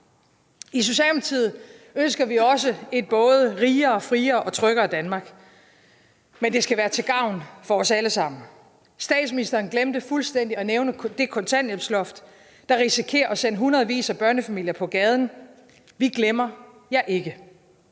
ønsker vi også et både rigere, friere og tryggere Danmark, men det skal være til gavn for os alle sammen. Statsministeren glemte fuldstændig at nævne det kontanthjælpsloft, der risikerer at sætte i hundredevis af børnefamilier på gaden. Vi glemmer jer ikke.